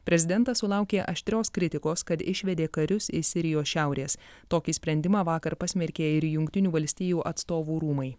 prezidentas sulaukė aštrios kritikos kad išvedė karius iš sirijos šiaurės tokį sprendimą vakar pasmerkė ir jungtinių valstijų atstovų rūmai